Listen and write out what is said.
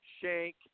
Shank